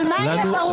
אבל מה יהיה ברור?